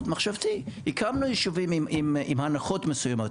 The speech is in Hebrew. הקמנו ישובים עם הנחות מסוימות,